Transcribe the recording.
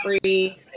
free